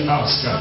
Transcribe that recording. ask